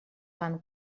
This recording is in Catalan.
van